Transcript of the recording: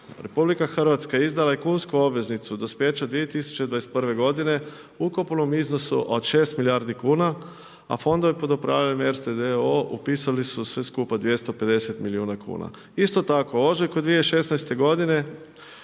godine RH je izdala kunsku obveznicu dospijeća 2021. godine u ukupnom iznosu od 6 milijardi kuna, a fondovi pod upravljanje ERSTE d.o.o. upisali su sve skupa 250 milijuna kuna. Isto tako u ožujku 2016. godine